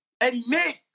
admit